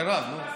מירב, נו.